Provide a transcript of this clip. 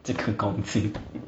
这个公斤